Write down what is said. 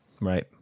Right